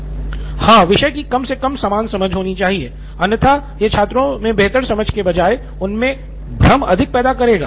निथिन कुरियन हाँ विषय की कम से कम समान समझ अन्यथा यह छात्रों मे बेहतर समझ के बजाय उनमे भ्रम अधिक पैदा करेगा